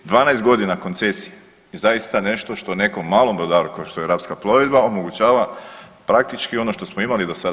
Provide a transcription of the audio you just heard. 12 godina koncesije je zaista nešto što nekom malom brodaru kao što je Rapska plovidba omogućava praktički ono što smo imali do sada.